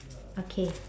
okay